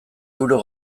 euro